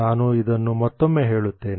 ನಾನು ಇದನ್ನು ಮತ್ತೊಮ್ಮೆ ಹೇಳುತ್ತೇನೆ